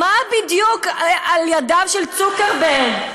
מי בדיוק על ידיו של צוקרברג,